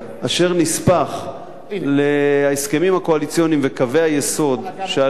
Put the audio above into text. אשר נספח להסכמים הקואליציוניים וקווי היסוד שעליהם